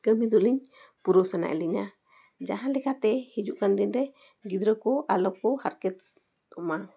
ᱠᱟᱹᱢᱤ ᱫᱚᱞᱤᱧ ᱯᱩᱨᱟᱹᱣ ᱥᱟᱱᱟᱭᱮᱫ ᱞᱤᱧᱟᱹ ᱡᱟᱦᱟᱸ ᱞᱮᱠᱟᱛᱮ ᱦᱤᱡᱩᱜ ᱠᱟᱱ ᱫᱤᱱᱨᱮ ᱜᱤᱫᱽᱨᱟᱹ ᱠᱚ ᱟᱞᱚ ᱠᱚ ᱦᱟᱨᱠᱮᱛᱚᱜ ᱢᱟ